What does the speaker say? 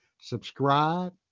subscribe